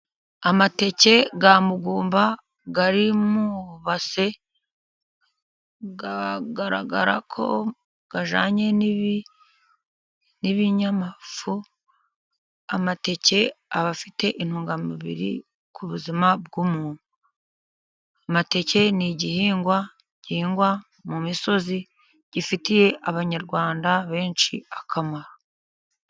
Amateke ya mugumba ari mu ibase, agaragara ko ajyanye n'ibinyamafu. Amateke aafite intungamubiri ku buzima bw'umntu. Amateke ni igihingwa gihingwa mu misozi, gifitiye abanyarwanda benshi akamaro.